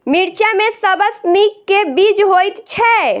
मिर्चा मे सबसँ नीक केँ बीज होइत छै?